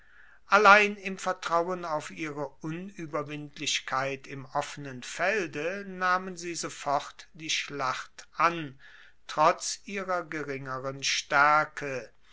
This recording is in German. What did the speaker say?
allein im vertrauen auf ihre unueberwindlichkeit im offenen felde nahmen sie sofort die schlacht an trotz ihrer geringeren staerke